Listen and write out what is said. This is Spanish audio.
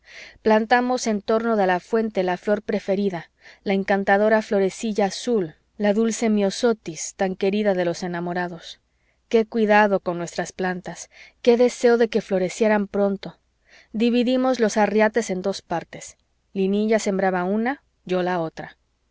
plantamos en torno de la fuente la flor preferida la encantadora florecilla azul la dulce myosotis tan querida de los enamorados qué cuidado con nuestras plantas qué deseo de que florecieran pronto dividimos los arriates en dos partes linilla sembraba una yo la otra